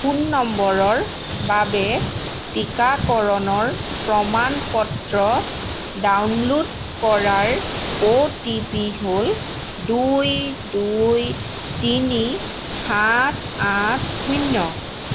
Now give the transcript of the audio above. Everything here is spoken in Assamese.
ফোন নম্বৰৰ বাবে টীকাকৰণৰ প্ৰমাণ পত্ৰ ডাউনলোড কৰাৰ অ'টিপি হ'ল দুই দুই তিনি সাত আঠ শূন্য়